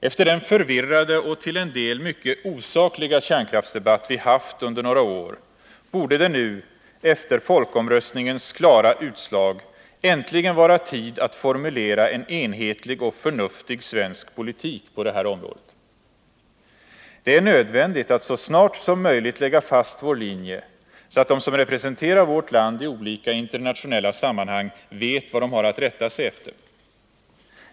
Efter den förvirrade och till en del mycket osakliga kärnkraftsdebatt vi haft under några år borde det nu, efter folkomröstningens klara utslag, äntligen vara tid att formulera en enhetlig och förnuftig svensk politik på detta område. Det är nödvändigt att så snart som möjligt lägga fast vår linje, så att de som representerar vårt land i olika internationella sammanhang vet vad de har att rätta sig efter.